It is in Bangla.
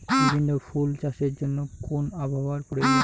বিভিন্ন ফুল চাষের জন্য কোন আবহাওয়ার প্রয়োজন?